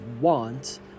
want